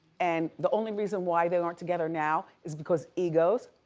and the only reason why they aren't together now is because egos,